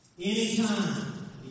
anytime